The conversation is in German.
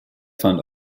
fand